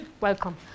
welcome